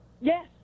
Yes